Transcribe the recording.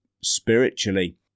spiritually